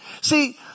See